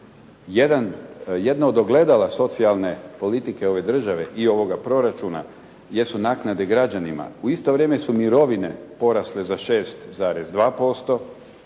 jedno od ogledala socijalne politike ove države i ovoga proračuna jesu naknade građanima. U isto vrijeme su mirovine porasle za 6,2%,